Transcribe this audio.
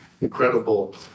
incredible